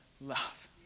love